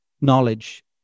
knowledge